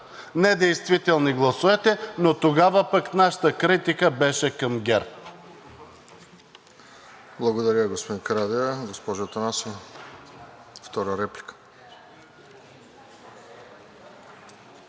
недействителни гласовете, но тогава пък нашата критика беше към ГЕРБ.